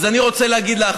אז אני רוצה להגיד לך,